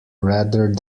rather